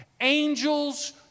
angels